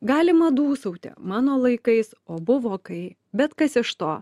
galima dūsauti mano laikais o buvo kai bet kas iš to